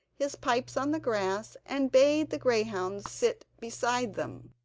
his pipes on the grass and bade the greyhounds sit beside them,